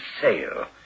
sale